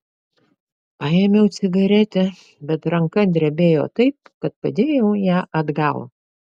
paėmiau cigaretę bet ranka drebėjo taip kad padėjau ją atgal